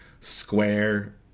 square